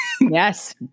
Yes